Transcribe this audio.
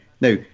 Now